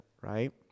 Right